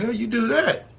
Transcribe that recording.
and you do that.